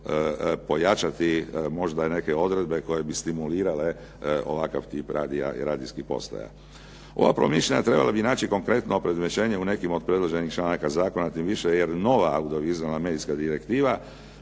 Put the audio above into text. pojačati možda neke odredbe koje bi stimulirale ovakav tip radija i radijskih postaja. Ova promišljanja trebala bi naći konkretno opredmećenje u nekim od predloženih članaka zakona, tim više jer nova audiovizualna medijska direktiva